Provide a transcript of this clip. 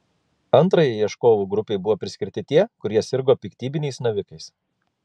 antrajai ieškovų grupei buvo priskirti tie kurie sirgo piktybiniais navikais